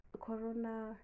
Corona